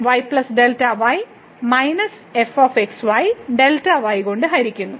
f x y കൊണ്ട് ഹരിക്കുന്നു